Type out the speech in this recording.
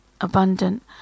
abundant